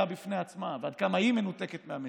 בפני עצמה ועד כמה היא מנותקת מהמציאות.